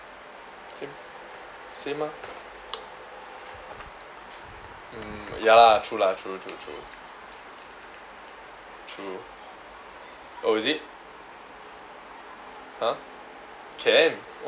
same same ah mm ya lah true lah true true true true oh is it !huh! can wh~